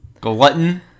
Glutton